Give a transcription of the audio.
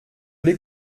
l’ai